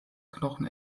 knochen